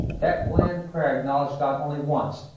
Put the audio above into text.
that bland prayer acknowledged god only once.